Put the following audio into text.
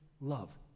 love